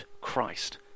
Christ